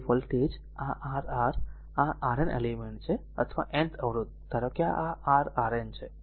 તેથી વોલ્ટેજ આ r R આ Rn એલિમેન્ટ છે અથવા nth અવરોધ ધારો કે આ r Rn છે